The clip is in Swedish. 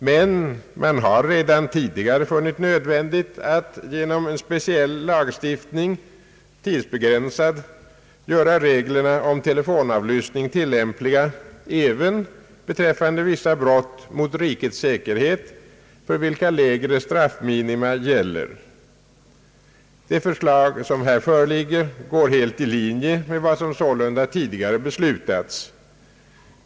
Men man har redan tidigare funnit det vara nödvändigt att genom en speciell lagstiftning, som är tidsbegränsad, göra reglerna om telefonavlyssning tillämpliga även beträffande vissa brott mot rikets säkerhet för vilka lägre straffminima gäller. Det förslag som här föreligger går således helt i linje med vad som tidi gare har beslutats.